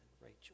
Rachel